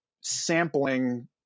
sampling